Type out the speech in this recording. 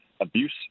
abuse